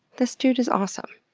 this dude is awesome.